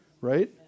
Right